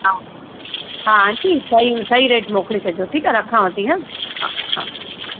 हा हा आंटी सई सई रेट मोकिले छॾिजो ठीकु आहे रखांव थी हा हा हा